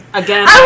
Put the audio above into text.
again